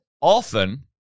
often